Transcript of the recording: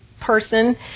person